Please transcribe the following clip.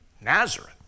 Nazareth